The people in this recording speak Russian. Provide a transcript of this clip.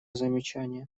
замечание